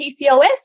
PCOS